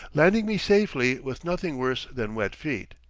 landing me safely with nothing worse than wet feet.